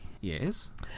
Yes